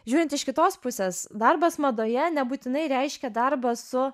žiūrint iš kitos pusės darbas madoje nebūtinai reiškia darbą su